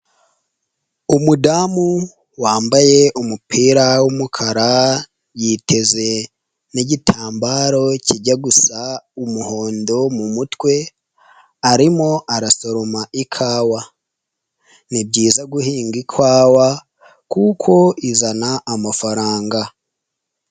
Umudamu wambaye umupira w'umukara, yiteze n'igitambaro kijya gusa umuhondo mu mutwe, arimo arasoroma ikawa, ni byiza guhinga ikawa kuko izana amafaranga.